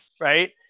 Right